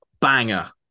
Banger